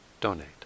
donate